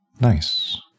Nice